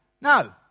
No